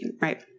right